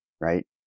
right